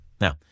Now